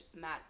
matt